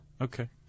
Okay